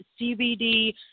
CBD